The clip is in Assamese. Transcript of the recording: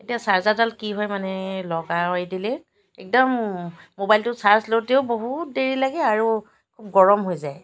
এতিয়া চাৰ্জাৰডাল কি হয় মানে লগাই এৰি দিলে একদম মোবাইলটো চাৰ্জ লওঁতেও বহুত দেৰি লাগে আৰু গৰম হৈ যায়